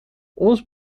ons